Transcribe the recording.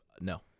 No